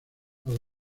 los